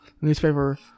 newspaper